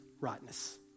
rightness